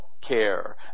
care